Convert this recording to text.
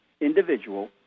individual